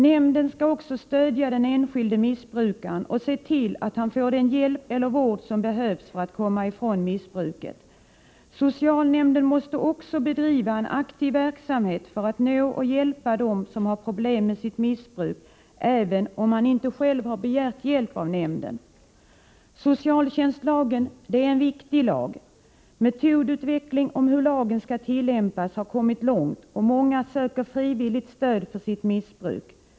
Nämnden skall också stödja den enskilde missbrukaren och se till att han får den hjälp eller vård som behövs för att komma ifrån missbruket. Socialnämnden måste också bedriva en aktiv verksamhet för att nå och hjälpa dem som har problem med missbruk, även om de inte själva har begärt hjälp av nämnden. Socialtjänstlagen är en viktig lag. Metodutvecklingen för hur lagen skall tillämpas har kommit långt, och många söker frivilligt hjälp för sitt missbruk.